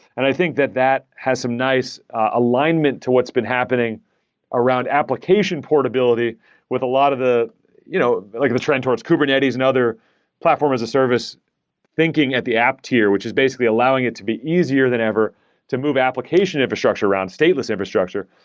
and i think that that has some nice alignment to what's been happening around application portability with a lot of the you know like the trend towards kubernetes and other platform as a service thinking at the app tier, which is basically allowing it to be easier than ever to move application infrastructure around stateless infrastructure.